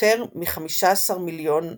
יותר מ־15 מיליון תושבים,